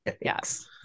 Yes